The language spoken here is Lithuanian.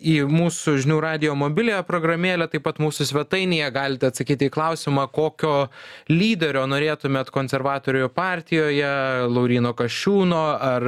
į mūsų žinių radijo mobiliąją programėlę taip pat mūsų svetainėje galite atsakyti į klausimą kokio lyderio norėtumėt konservatorių partijoje lauryno kasčiūno ar